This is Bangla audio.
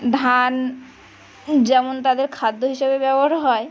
ধান যেমন তাদের খাদ্য হিসাবে ব্যবহার হয়